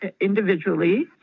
individually